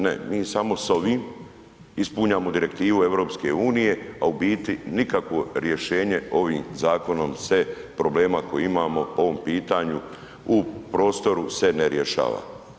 Ne, mi samo s ovim ispunjamo direktivu EU, a u biti nikakvo rješenje ovim zakonom se, problema koja imamo po pitanju prostora se ne rješava.